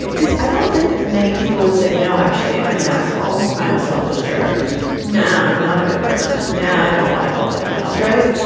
because i don't think many people would say, no, actually, i'm an asshole. i'm a selfish jerk now. i'm not a good person. now, i don't want to help anyone else. right.